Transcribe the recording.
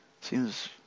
Seems